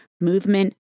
movement